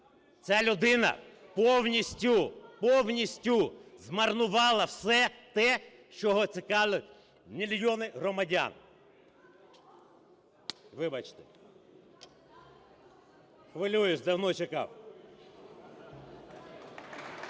Ця людина повністю, повністю змарнувала все те, чого чекали мільйони громадян. Вибачте. Хвилююсь. Давно чекав.